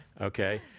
Okay